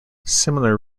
similar